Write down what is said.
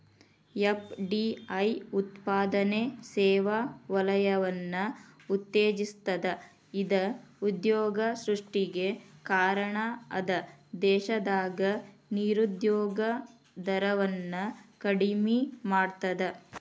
FDI ಉತ್ಪಾದನೆ ಸೇವಾ ವಲಯವನ್ನ ಉತ್ತೇಜಿಸ್ತದ ಇದ ಉದ್ಯೋಗ ಸೃಷ್ಟಿಗೆ ಕಾರಣ ಅದ ದೇಶದಾಗ ನಿರುದ್ಯೋಗ ದರವನ್ನ ಕಡಿಮಿ ಮಾಡ್ತದ